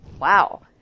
wow